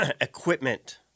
equipment